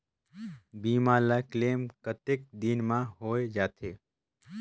बीमा ला क्लेम कतेक दिन मां हों जाथे?